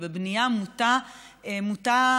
ובבנייה מוטת פרברים,